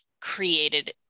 created